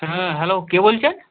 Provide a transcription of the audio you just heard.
হ্যাঁ হ্যালো কে বলছেন